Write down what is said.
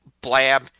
blab